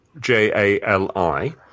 J-A-L-I